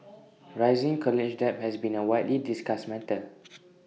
rising college debt has been A widely discussed matter